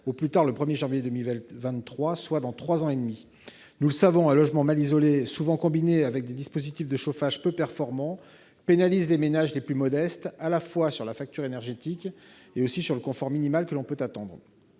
au plus tard le 1 janvier 2023, soit dans trois ans et demi. Nous le savons, un logement mal isolé, souvent combiné avec des dispositifs de chauffage peu performants, pénalise les ménages les plus modestes, tant sur la facture énergétique que sur le confort minimal que l'on peut attendre